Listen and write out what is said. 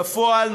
בפועל,